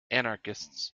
anarchists